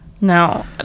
no